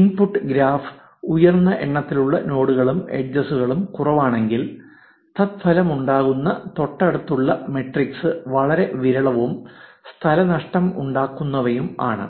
input ഗ്രാഫിന് ഉയർന്ന എണ്ണത്തിലുള്ള നോഡുകളും എഡ്ജസ്കളും കുറവാണെങ്കിൽ തത്ഫലമായുണ്ടാകുന്ന തൊട്ടടുത്തുള്ള മാട്രിക്സ് വളരെ വിരളവും സ്ഥല നഷ്ടം ഉണ്ടാക്കുന്നവയും ആണ്